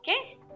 Okay